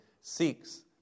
seeks